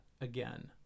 again